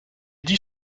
dit